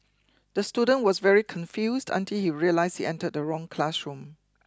the student was very confused until he realized he entered the wrong classroom